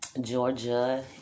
Georgia